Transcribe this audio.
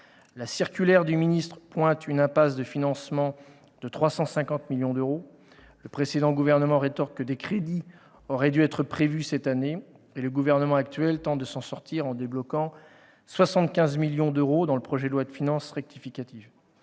La circulaire du ministre pointe une « impasse de financement de 350 millions d'euros »; le précédent Gouvernement rétorque que des crédits auraient dû être prévus cette année ; et le Gouvernement actuel tente de s'en sortir en débloquant 75 millions d'euros dans le projet de loi de finances rectificative.